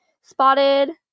spotted